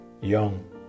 young